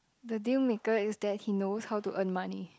the deal maker is that he knows how to earn money